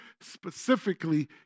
specifically